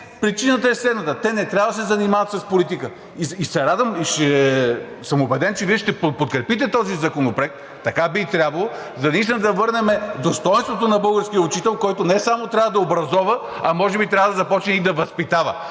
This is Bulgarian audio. причината е следната: те не трябва да се занимават с политика. И се радвам, и съм убеден, че Вие ще подкрепите този законопроект – така би трябвало, наистина да върнем достойнството на българския учител, който не само трябва да образова, а може би трябва да започне и да възпитава.